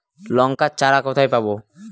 লঙ্কার চারা কোথায় পাবো?